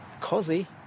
cozy